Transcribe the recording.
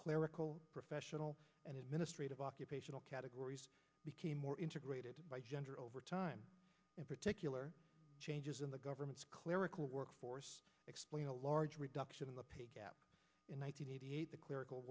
clerical professional and administrative occupational categories became more integrated gender overtime in particular changes in the government's clerical workforce explain a large reduction in the pay gap in one thousand nine hundred eight the clerical